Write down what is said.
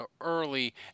early –